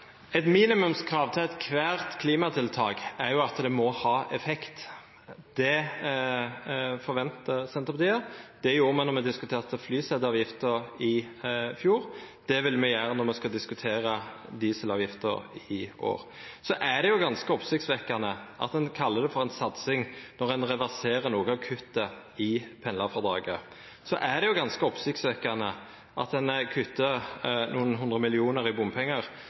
Eit minimumskrav til eitkvart klimatiltak er at det må ha effekt. Det forventar Senterpartiet. Det gjorde me då me diskuterte flyseteavgifta i fjor. Det vil me gjera når me skal diskutera dieselavgifta i år. Så er det ganske oppsiktsvekkjande at ein kallar det for ei satsing når ein reverserer nokre av kutta i pendlarfrådraget. Og det er ganske oppsiktsvekkjande at ein kuttar nokre hundre millionar i bompengar